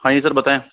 हाँ जी सर बताइए